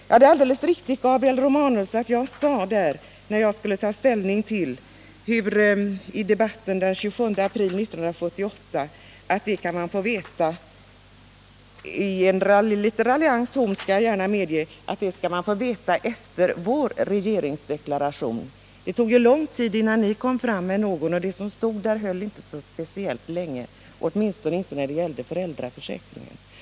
Det är alldeles riktigt, Gabriel Romanus, att jag i debatten den 27 april 1978, när jag skulle ta ställning, i en något raljant ton sade: Det skall man få veta efter vår regeringsdeklaration. Det tog lång tid innan ni kom fram med någon, och det som stod i den höll inte speciellt länge, åtminstone inte när det gällde föräldraförsäkringen.